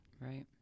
Right